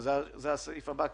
זה הסעיף הבא.